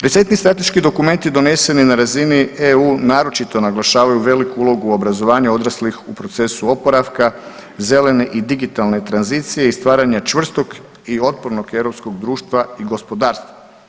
Recentni strateški dokumenti doneseni na razini EU naročito naglašavaju veliku ulogu obrazovanja odraslih u procesu oporavka, zelene i digitalne tranzicije i stvaranja čvrstog i otpornog europskog društva i gospodarstva.